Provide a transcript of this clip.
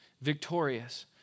victorious